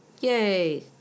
yay